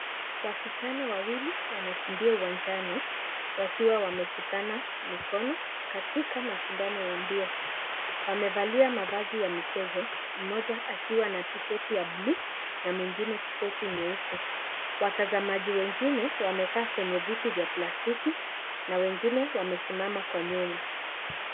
Wasichana wawili wanakimbia uwanjani wakiwa wameshikana mikono katika mashindano ya mbio. Wamevalia mavazi ya michezo mmoja akiwa na tisheti ya buluu na mwingine tisheti nyeusi. Watazamaji wengine wamekaa kwenye viti vya plastiki na wengine wamesimama kwa nyuma.